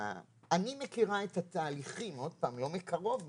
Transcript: אני מכירה את התהליכים, עוד פעם, לא מקרוב מסתבר,